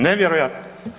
Nevjerojatno!